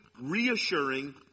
reassuring